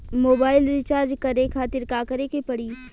Mobile recharge करे खातिर का करे के पड़ी?